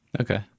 Okay